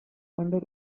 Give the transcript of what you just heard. under